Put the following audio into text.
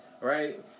right